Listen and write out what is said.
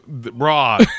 raw